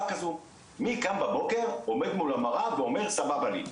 כזו: מי קם בבוקר עומד מול המראה ואומר סבבה לי,